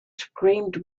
screamed